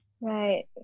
Right